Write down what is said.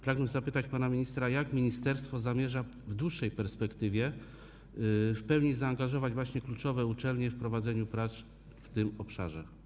Pragnę zapytać pana ministra, jak ministerstwo zamierza w dłuższej perspektywie w pełni zaangażować kluczowe uczelnie w prowadzenie prac w tym obszarze.